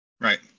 Right